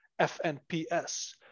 FNPS